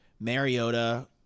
Mariota